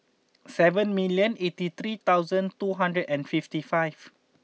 seven million eighty three thousand two hundred and fifty five